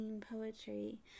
poetry